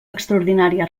extraordinària